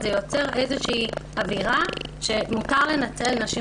זה יוצר איזו אווירה שמותר לנצל נשים